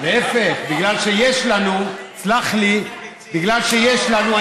להפך, בגלל שיש לנו, סלח לי, בגלל שיש לנו.